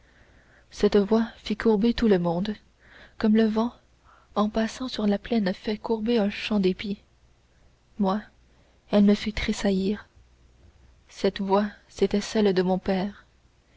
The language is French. cette voix fit courber tout le monde comme le vent en passant sur la plaine fait courber un champ d'épis moi elle me fit tressaillir cette voix c'était celle de mon père